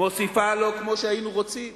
מוסיפה לא כמו שהיינו רוצים,